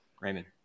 Raymond